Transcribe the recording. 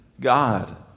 God